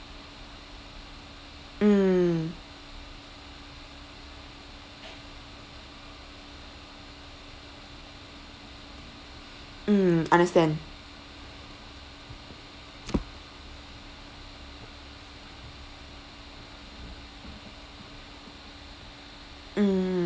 mm mm understand